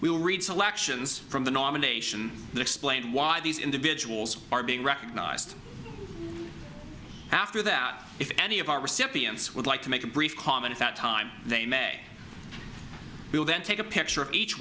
we will read selections from the nomination explain why these individuals are being recognized after that if any of our recipients would like to make a brief comment that time they may will then take a picture of each